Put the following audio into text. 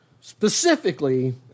Specifically